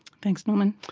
thanks norman.